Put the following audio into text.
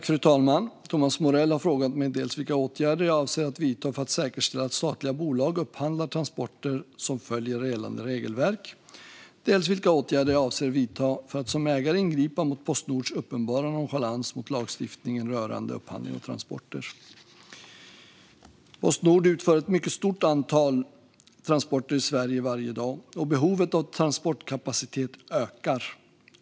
Fru talman! Thomas Morell har frågat mig dels vilka åtgärder jag avser att vidta för att säkerställa att statliga bolag upphandlar transporter som följer gällande regelverk, dels vilka åtgärder jag avser att vidta för att som ägare ingripa mot Postnords uppenbara nonchalans mot lagstiftningen rörande upphandling av transporter. Postnord utför ett mycket stort antal transporter i Sverige varje dag och behovet av transportkapacitet ökar.